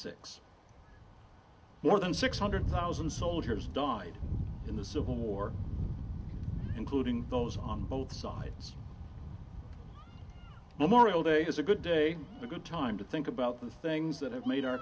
six more than six hundred thousand soldiers died in the civil war including those on both sides no more all day is a good day for good time to think about the things that have made our